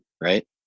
right